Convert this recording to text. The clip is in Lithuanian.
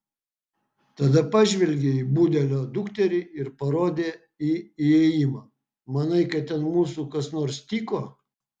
tada pažvelgė į budelio dukterį ir parodė į įėjimą manai kad ten mūsų kas nors tyko